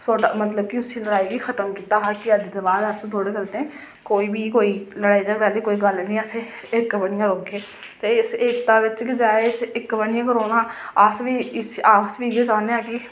मतलब कि उसी लड़ाई गी खत्म कीता हा कि अज्ज दे बाद अस थुआढ़े कन्नै कोई बी लड़ाई झगड़े आह्ली गल्ल निं असें इक्क बनियै रौह्गे ते एकता बिच गै इक्क बनियै रौह्ना अस बी इ'यै चाह्न्ने आं कि